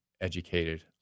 educated